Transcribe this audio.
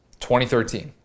2013